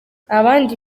abandi